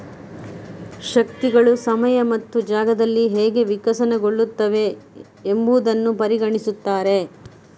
ಶಕ್ತಿಗಳು ಸಮಯ ಮತ್ತು ಜಾಗದಲ್ಲಿ ಹೇಗೆ ವಿಕಸನಗೊಳ್ಳುತ್ತವೆ ಎಂಬುದನ್ನು ಪರಿಗಣಿಸುತ್ತಾರೆ